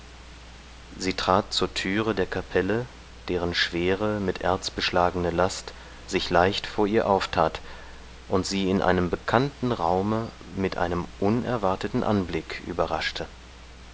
sie trat zur türe der kapelle deren schwere mit erz beschlagene last sich leicht vor ihr auftat und sie in einem bekannten raume mit einem unerwarteten anblick überraschte